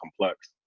complex